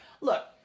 Look